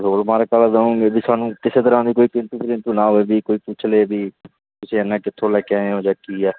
hole mark ਵਾਲਾ ਦਿਓਗੇ ਵੀ ਸਾਨੂੰ ਕਿਸੇ ਤਰ੍ਹਾਂ ਦੀ ਕੋਈ ਕਿੰਤੂ ਪ੍ਰੰਤੂ ਨਾ ਹੋਵੇ ਵੀ ਕੋਈ ਪੁੱਛ ਲਏ ਵੀ ਤੁਸੀਂ ਇੰਨਾ ਕਿੱਥੋਂ ਲੈ ਕੇ ਆਏ ਹੋ ਜਾਂ ਕੀ ਆ